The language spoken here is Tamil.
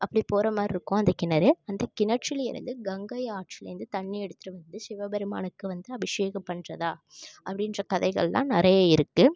அப்படி போகிறமாரிருக்கும் அந்த கிணறு அந்தக் கிணற்றில் இருந்து கங்கை ஆற்றிலேருந்து தண்ணி எடுத்துட்டு வந்து சிவபெருமானுக்கு வந்து அபிஷேகம் பண்றதாக அப்படின்ற கதைகள்லாம் நிறைய இருக்குது